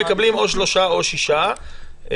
מקבלים או שלושה חודשים או שישה חודשים,